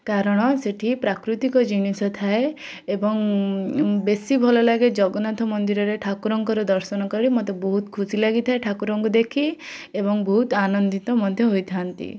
କାରଣ ସେଠି ପ୍ରାକୃତିକ ଜିନିଷ ଥାଏ ଏବଂ ବେଶୀ ଭଲଲାଗେ ଜଗନ୍ନାଥ ମନ୍ଦିରରେ ଠାକୁରଙ୍କର ଦର୍ଶନ କରି ମୋତେ ବହୁତ ଖୁସି ଲାଗିଥାଏ ଠାକୁରଙ୍କୁ ଦେଖି ଏବଂ ବହୁତ ଆନନ୍ଦିତ ମଧ୍ୟ ହୋଇଥାନ୍ତି